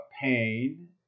pain